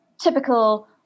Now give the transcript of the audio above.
typical